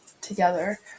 together